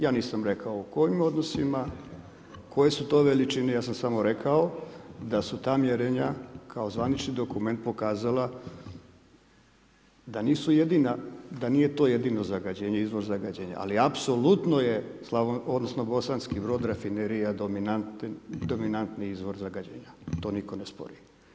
Ja nisam rekao u kojim odnosima, koje su to veličine, ja sam samo rekao da su ta mjerenja kao zvanični dokument pokazala da nisu jedina, da nije to jedini izvor zagađenja, ali apsolutno je Bosanski Brod rafinerija dominantniji izvor zagađenja, to niko ne spori.